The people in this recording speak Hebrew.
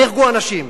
נהרגו אנשים,